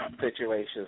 situations